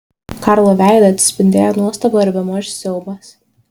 karlo veide atsispindėjo nuostaba ir bemaž siaubas